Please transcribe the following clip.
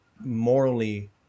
morally